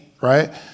right